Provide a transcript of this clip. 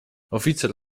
oficer